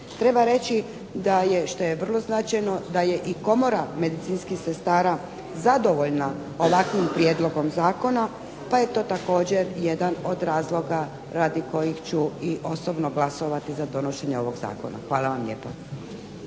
Treba reći da je, što je vrlo značajno da je i Komora medicinskih sestara zadovoljna ovakvim prijedlogom zakona, pa je to također jedna od razloga radi kojih ću i osobno glasovati za donošenje ovog zakona. Hvala vam lijepa.